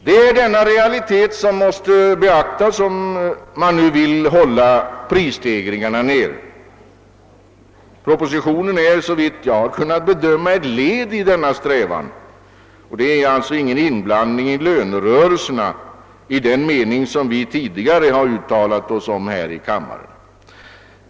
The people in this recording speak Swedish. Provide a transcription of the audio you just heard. Detta är en realitet som måste beaktas, om man vill hålla prisstegringarna nere, och propositionen är såvitt jag kan bedöma ett led i denna strävan. Den är inte någon inblandning i lönerörelserna i den mening som vi tidigare uttalat oss om här i kammaren.